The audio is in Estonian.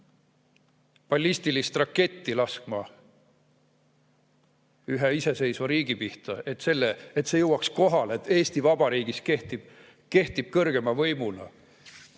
ballistilist raketti laskma ühe iseseisva riigi pihta, et jõuaks kohale, et Eesti Vabariigis kehtib kõrgeima võimuna